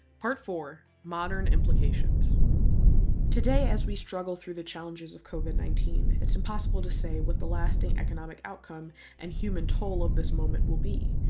part four modern implications today, as we struggle through the challenges of covid nineteen, it's impossible to say what the lasting economic outcome and human toll of this moment will be.